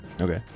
Okay